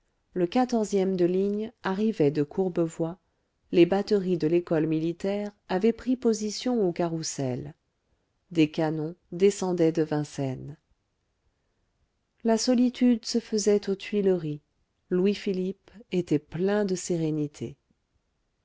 le ème de ligne arrivait de courbevoie les batteries de l'école militaire avaient pris position au carrousel des canons descendaient de vincennes la solitude se faisait aux tuileries louis-philippe était plein de sérénité